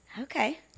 Okay